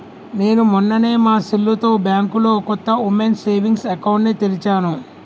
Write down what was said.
నేను మొన్ననే మా సెల్లుతో బ్యాంకులో కొత్త ఉమెన్స్ సేవింగ్స్ అకౌంట్ ని తెరిచాను